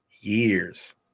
years